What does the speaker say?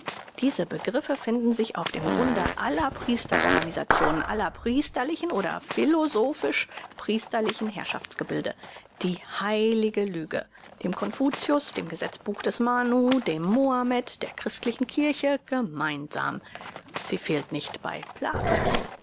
diese begriffe finden sich auf dem grunde aller priesterorganisationen aller priesterlichen oder philosophisch priesterlichen herrschaftsgebilde die heilige lüge dem confucius dem gesetzbuch des manu dem muhammed der christlichen kirche gemeinsam sie fehlt nicht bei pluto